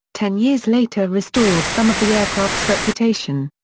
ten years later restored some of the aircraft's reputation.